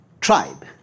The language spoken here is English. tribe